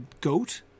goat